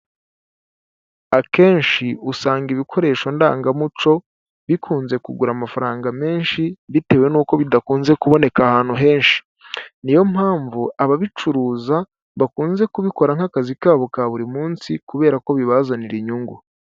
Akenshi usanga ibikoresho ndangamuco bikunze kugura amafaranga menshi bitewe n'uko bidakunze kuboneka ahantu henshi, niyo mpamvu ababicuruza bakunze kubikora nk'akazi kabo ka buri munsi kubera ko bibazanira inyungu.